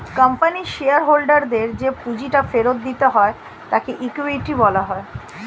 কোম্পানির শেয়ার হোল্ডারদের যে পুঁজিটা ফেরত দিতে হয় তাকে ইকুইটি বলা হয়